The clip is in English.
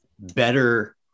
Better